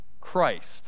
Christ